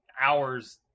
hours